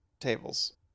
Tables